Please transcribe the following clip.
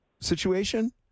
situation